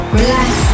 relax